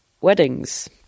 weddings